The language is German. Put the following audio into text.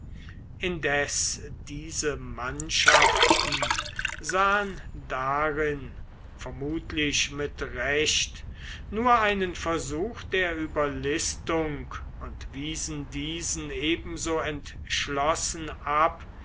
indes diese mannschaften sahen darin vermutlich mit recht nur einen versuch der überlistung und wiesen diesen ebenso entschlossen ab